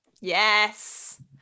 Yes